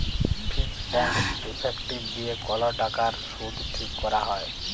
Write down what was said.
fees and effective দিয়ে কল টাকার শুধ ঠিক ক্যরা হ্যয়